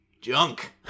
Junk